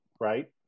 right